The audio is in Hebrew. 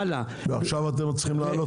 ועכשיו אתם צריכים להעלות?